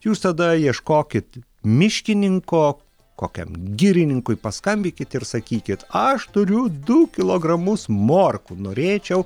jūs tada ieškokit miškininko kokiam girininkui paskambykit ir sakykit aš turiu du kilogramus morkų norėčiau